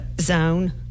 zone